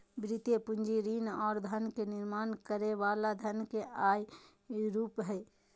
वित्तीय पूंजी ऋण आर धन के निर्माण करे वला धन के अन्य रूप हय